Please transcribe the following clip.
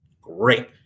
great